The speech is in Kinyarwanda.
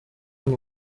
hano